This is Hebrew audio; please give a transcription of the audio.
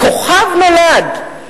"כוכב נולד"